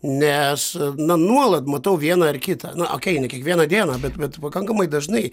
nes na nuolat matau vieną ar kitą okey ne kiekvieną dieną bet bet pakankamai dažnai